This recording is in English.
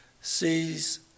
sees